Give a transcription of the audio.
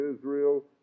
Israel